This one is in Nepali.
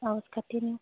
आवाज काटियो नि हौ